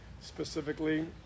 specifically